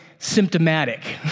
Symptomatic